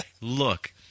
look